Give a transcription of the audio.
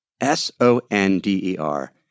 S-O-N-D-E-R